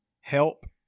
help